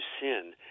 sin